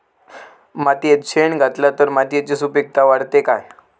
मातयेत शेण घातला तर मातयेची सुपीकता वाढते काय?